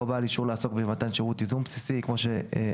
בעל אישור לעסוק במתן שירות ייזום בסיסי; כמו שאמרנו,